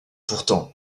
pourtant